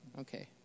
Okay